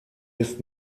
ist